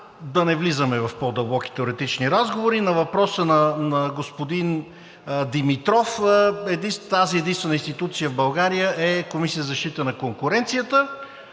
да не влизаме в по-дълбоки теоретични разговори. На въпроса на господин Димитров. Тази единствена институция в България е Комисия за защита на конкуренцията.